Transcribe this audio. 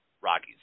Rockies